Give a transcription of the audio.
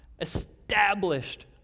established